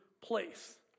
place